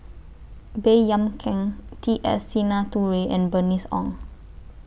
Baey Yam Keng T S Sinnathuray and Bernice Ong